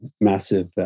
massive